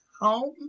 home